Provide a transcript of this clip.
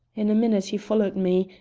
in a minute he followed me,